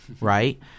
right